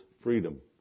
freedom